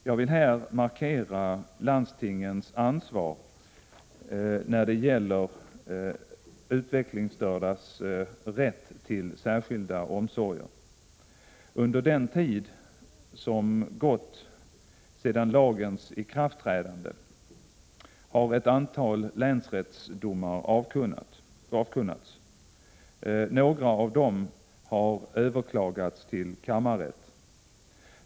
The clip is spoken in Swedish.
Jag vill här markera landstingens ansvar när det gäller de utvecklingsstördas rätt till särskilda omsorger. Under den tid som gått sedan lagens ikraftträdande har ett antal länsrättsdomar avkunnats. Några av dem har överklagats hos kammarrätten.